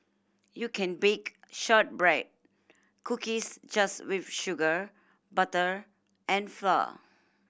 you can bake shortbread cookies just with sugar butter and flour